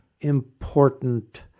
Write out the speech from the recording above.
important